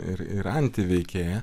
ir ir antiveikėją